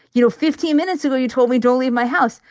you know, fifteen minutes ago, you told me, don't leave my house.